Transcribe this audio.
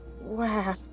Wow